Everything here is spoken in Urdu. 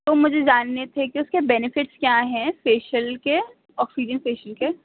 تو مجھے جاننے تھے کہ اس کے بینفٹس کیا ہیں فیشیل کے آکسیجن فیشیل کے